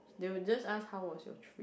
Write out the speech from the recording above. they'll just ask how was your meeting